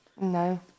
No